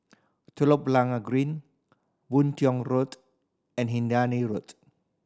Telok Blangah Green Boon Tiong Road and Hindhede Road